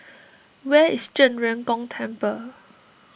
where is Zhen Ren Gong Temple